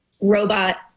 robot